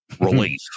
relief